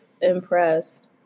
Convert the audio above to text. impressed